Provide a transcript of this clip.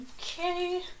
Okay